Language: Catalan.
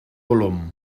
volum